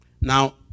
Now